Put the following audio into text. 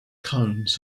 cones